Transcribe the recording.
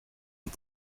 and